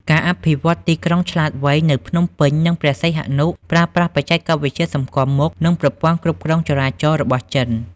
ការអភិវឌ្ឍ "ទីក្រុងឆ្លាតវៃ" នៅភ្នំពេញ និងព្រះសីហនុ ប្រើប្រាស់បច្ចេកវិទ្យាសម្គាល់មុខ និងប្រព័ន្ធគ្រប់គ្រងចរាចរណ៍របស់ចិន។